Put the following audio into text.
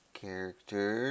character